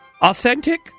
Authentic